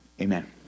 Amen